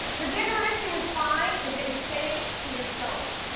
the bigger issue with fine is that you say it to yourself.